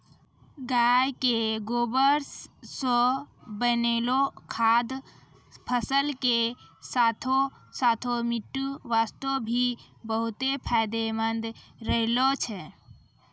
गाय के गोबर सॅ बनैलो खाद फसल के साथॅ साथॅ मिट्टी वास्तॅ भी बहुत फायदेमंद रहै छै